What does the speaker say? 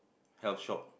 health shop